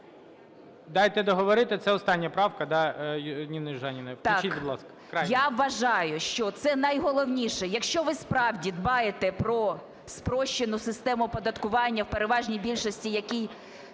Дайте договорити, це остання правка Ніни Южаніної. Включіть, будь ласка.